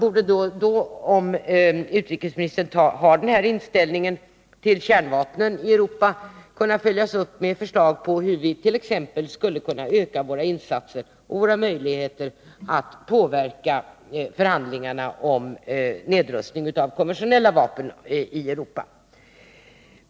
Om utrikesministern har den här inställningen till kärnvapnen i Europa borde denna självfallet kunna följas upp med förslag på hur vi skulle kunna öka våra insatser och våra möjligheter att påverka förhandlingarna när det gäller nedrustning av konventionella vapen i Europa.